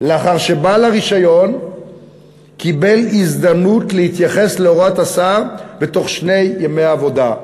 לאחר שבעל הרישיון קיבל הזדמנות להתייחס להוראת השר בתוך שני ימי עבודה.